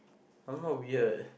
somehow weird